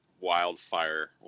wildfire